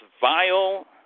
vile